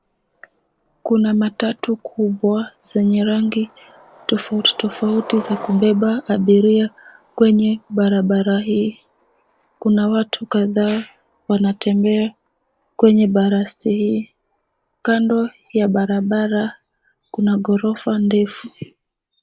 Kuna matatu kubwa zenye rangi tofauti tofauti za kubeba abiria kwenye barabara hii. Kuna watu kadhaa wanatembea kwenye baraste hii. Kando ya barabara kuna ghorofa ndefu.